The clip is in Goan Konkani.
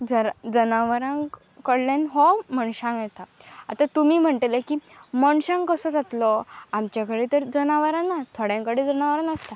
जनावरां कडल्यान हो मनशांक येता आतां तुमी म्हणटले की मनशांक कसो जातलो आमच्या कडेन तर जनावरां ना थोड्यां कडेन जनावरां नासता